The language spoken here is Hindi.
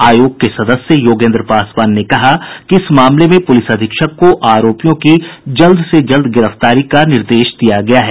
आयोग के सदस्य योगेन्द्र पासवान ने कहा कि इस मामले में पुलिस अधीक्षक को आरोपियों की जल्द से जल्द गिरफ्तारी का निर्देश दिया गया है